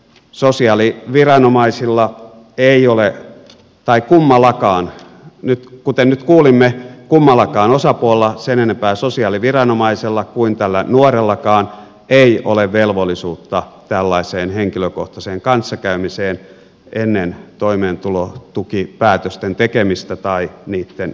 sosiali viranomaisilla ei ole tai kummallakaan nyt kuten nyt kuulimme kummallakaan osapuolella sen enempää sosiaaliviranomaisella kuin tällä nuorellakaan ei ole velvollisuutta tällaiseen henkilökohtaiseen kanssakäymiseen ennen toimeentulotukipäätösten tekemistä tai niitten jatkamista